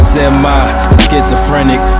Semi-schizophrenic